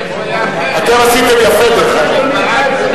אתם עשיתם יפה, דרך אגב.